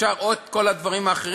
אפשר או את כל הדברים האחרים,